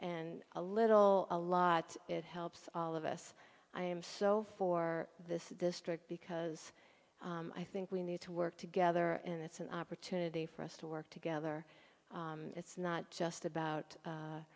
and a little a lot it helps all of us i am so for this district because i think we need to work together and it's an opportunity for us to work together it's not just about